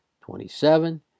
twenty-seven